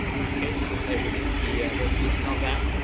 in this case, once i reduce the resolution on that.